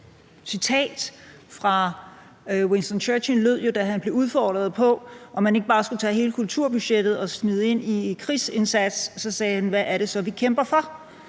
citat fra Winston Churchill lød jo, da han blev spurgt, om han ikke bare skulle tage hele kulturbudgettet og smide det ind i krigsindsatsen, og så varede: Hvad er det så, vi kæmper for?